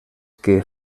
que